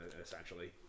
essentially